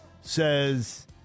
says